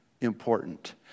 important